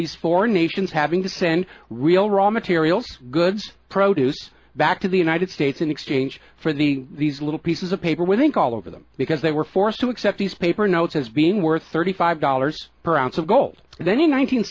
these foreign nations having to send real raw material goods produce back to the united states in exchange for the these little pieces of paper with ink all over them because they were forced to accept these paper notes as being worth thirty five dollars per ounce of gold and then in